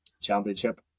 championship